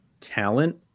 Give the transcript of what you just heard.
talent